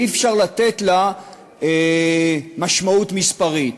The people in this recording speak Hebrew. ואי-אפשר לתת לכך משמעות מספרית.